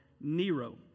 Nero